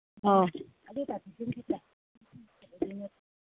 ꯑꯧ